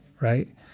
right